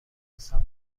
حساب